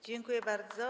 Dziękuję bardzo.